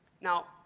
Now